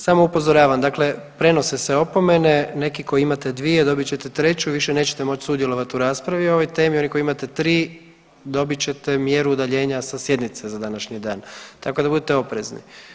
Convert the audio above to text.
Samo upozoravam dakle prenose se opomene, neki koji imate dvije dobit ćete treću i više nećete moći sudjelovati u raspravi o ovoj temi, oni koji imate tri dobit ćete mjeru udaljenja sa sjednice za današnji dan tako da budite oprezni.